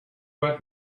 right